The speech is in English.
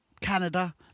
Canada